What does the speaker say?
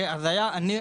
היינו אני,